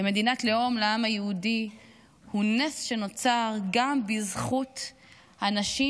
כמדינת לאום לעם היהודי הוא נס שנוצר גם בזכות הנשים,